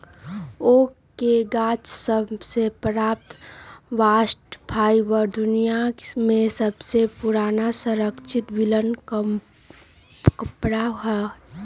oak के गाछ सभ से प्राप्त बास्ट फाइबर दुनिया में सबसे पुरान संरक्षित बिनल कपड़ा हइ